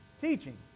Teaching